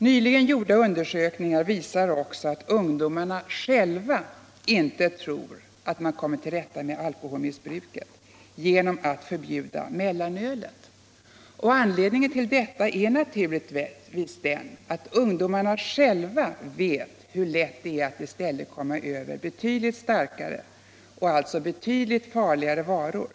Nyligen gjorda undersökningar visar också att ungdomarna själva inte tror att man kommer till rätta med alkoholmissbruket genom att förbjuda mellanölet. Anledningen till detta är naturligtvis att ungdomarna själva vet hur lätt det är att i stället komma över betydligt starkare och alltså betydligt farligare varor.